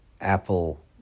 Apple